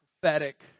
prophetic